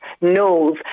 knows